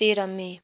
तेह्र मे